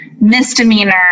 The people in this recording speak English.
misdemeanor